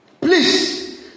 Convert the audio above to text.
please